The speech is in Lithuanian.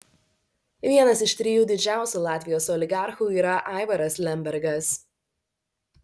vienas iš trijų didžiausių latvijos oligarchų yra aivaras lembergas